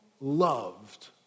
loved